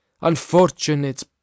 unfortunate